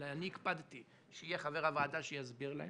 אלא אני הקפדתי שיהיה חבר הוועדה שיסביר להם.